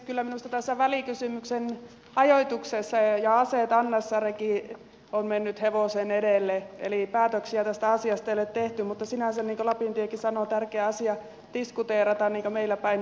kyllä minusta tässä välikysymyksen ajoituksessa ja asetannassa reki on mennyt hevosen edelle eli päätöksiä tästä asiasta ei ole tehty mutta sinänsä niin kuin lapintiekin sanoi tärkeä asia diskuteerata niin kuin meillä päin sanotaan